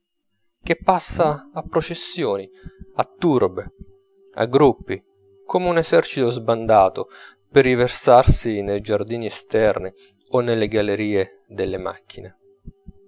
che passa a processioni a turbe a gruppi come un esercito sbandato per riversarsi nei giardini esterni o nelle gallerie delle macchine